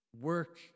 work